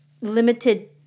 limited